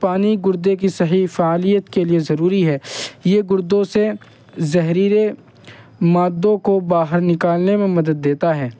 پانی گردے کی صحیح فعالیت کے لیے ضروری ہے یہ گردوں سے زہریلے مادوں کو باہر نکالنے میں مدد دیتا ہے